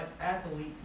athlete